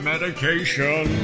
Medication